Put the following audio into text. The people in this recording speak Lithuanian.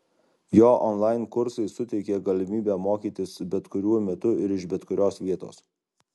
jo onlain kursai suteikė galimybę mokytis bet kuriuo metu ir iš bet kurios vietos